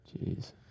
jeez